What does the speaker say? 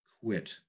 quit